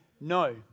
no